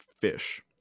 fish